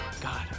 God